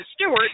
Stewart